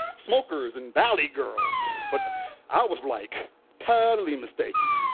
smokers and valley girls. but i was like totally mistaken.